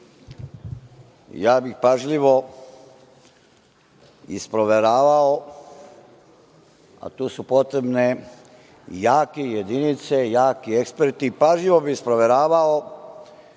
ja bih pažljivo isproveravao, a tu su potrebne jake jedinice, jaki eksperti i pažljivo bih isproveravao